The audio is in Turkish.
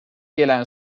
gelen